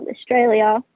Australia